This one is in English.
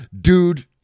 Dude